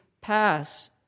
pass